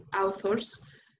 authors